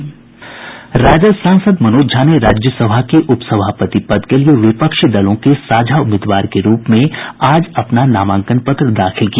राजद सांसद मनोज झा ने राज्य सभा के उपसभापति पद के लिए विपक्षी दलों के साझा उम्मीदवार के रूप में आज अपना नामांकन पत्र दाखिल किया